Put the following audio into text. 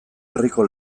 herriko